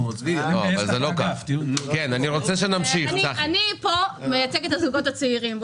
אני מייצגת פה את הזוגות הצעירים,